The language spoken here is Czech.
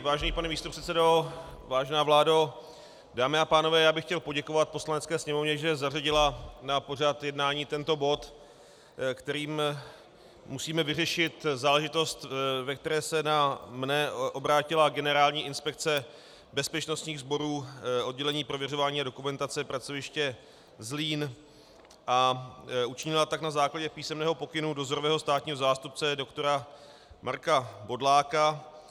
Vážený pane místopředsedo, vážená vládo, dámy a pánové, já bych chtěl poděkovat Poslanecké sněmovně, že zařadila na pořad jednání tento bod, kterým musíme vyřešit záležitost, ve které se na mne obrátila Generální inspekce bezpečnostních sborů, oddělení prověřování a dokumentace, pracoviště Zlín, a učinila tak na základě písemného pokynu dozorového státního zástupce dr. Marka Bodláka.